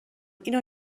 اینو